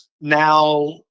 Now